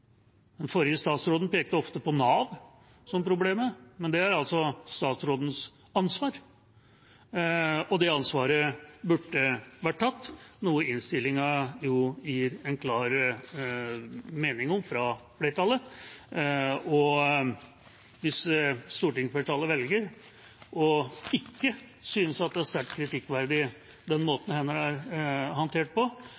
Den forrige statsråden pekte ofte på Nav som problemet, men det er altså statsrådens ansvar. Og det ansvaret burde vært tatt, noe flertallet gir en klar mening om i innstillinga. Hvis stortingsflertallet velger å ikke synes at den måten saken er håndtert på, er sterkt kritikkverdig,